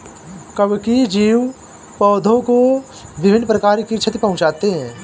कवकीय जीव पौधों को विभिन्न प्रकार की क्षति पहुँचाते हैं